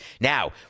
Now